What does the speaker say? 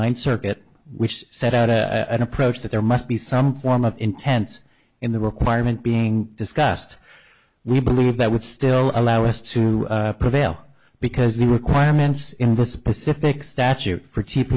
ninth circuit which set out a approach that there must be some form of intent in the requirement being discussed we believe that would still allow us to prevail because the requirements in the specific statute for